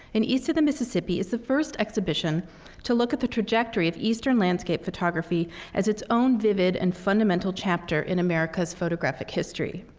and east of the mississippi is the first exhibition to look at the trajectory of eastern landscape photography as its own vivid and fundamental chapter in america's photographic history.